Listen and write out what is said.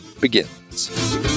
begins